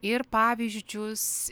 ir pavyzdžius